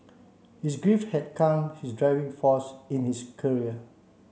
his grief had come his driving force in his career